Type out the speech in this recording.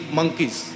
monkeys